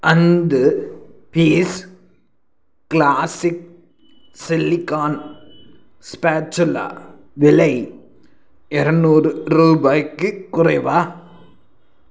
ஐந்து piece classic silicone spatula விலை இரநூறு ரூபாய்க்குக் குறைவா